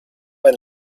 and